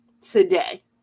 today